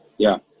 yeah.